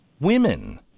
women